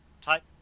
type